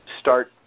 start